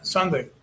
Sunday